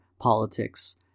politics